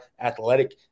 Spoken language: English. athletic